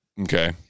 Okay